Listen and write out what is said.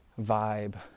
vibe